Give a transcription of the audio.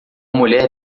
mulher